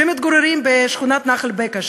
שמתגוררים בשכונת נחל-בקע,